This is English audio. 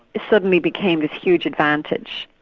suddenly became this huge advantage.